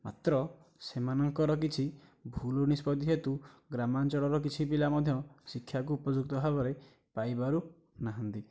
ମାତ୍ର ସେମାନଙ୍କର କିଛି ଭୁଲ୍ ନିଷ୍ପତ୍ତି ହେତୁ ଗ୍ରାମାଞ୍ଚଳର କିଛି ପିଲା ମଧ୍ୟ ଶିକ୍ଷାକୁ ଉପଯୁକ୍ତ ଭାବରେ ପାଇ ପାରୁନାହାନ୍ତି